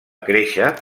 créixer